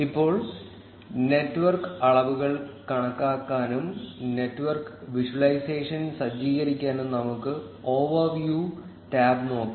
ഇപ്പോൾ നെറ്റ്വർക്ക് അളവുകൾ കണക്കാക്കാനും നെറ്റ്വർക്ക് വിഷ്വലൈസേഷൻ സജ്ജീകരിക്കാനും നമുക്ക് ഓവർവ്യൂ ടാബ് നോക്കാം